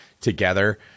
together